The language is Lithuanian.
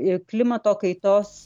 ir klimato kaitos